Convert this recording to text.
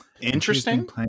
Interesting